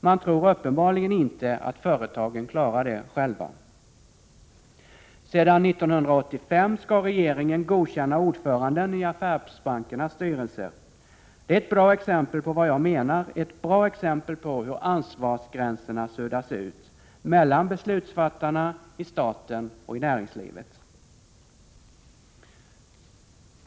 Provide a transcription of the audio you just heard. Man tror uppenbarligen inte att företagen klarar det själva. Sedan 1985 skall regeringen godkänna ordföranden i affärsbankernas styrelser. Det är ett bra exempel på vad jag menar, ett bra exempel på hur ansvarsgränserna suddas ut mellan beslutsfattarna i staten och i näringslivet.